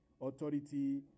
authority